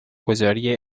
گذاری